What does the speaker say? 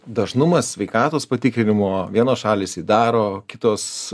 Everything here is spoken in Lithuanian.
dažnumas sveikatos patikrinimo vienos šalys jį daro kitos